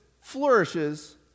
flourishes